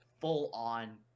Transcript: full-on